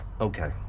Okay